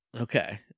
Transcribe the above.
Okay